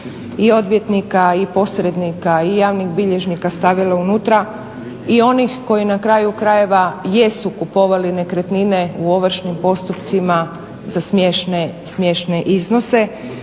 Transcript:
i odvjetnika i posrednika i javnih bilježnika stavila unutra i onih koji na kraju krajeva jesu kupovali nekretnine u ovršnim postupcima za smiješne iznose.